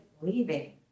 leaving